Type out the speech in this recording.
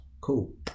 cool